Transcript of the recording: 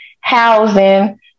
housing